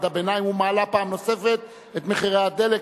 הביניים ומעלה פעם נוספת את מחירי הדלק,